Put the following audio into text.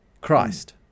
Christ